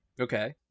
okay